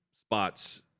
spots